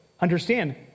understand